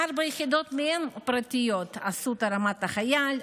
ארבע מהן פרטיות: אסותא רמת החייל,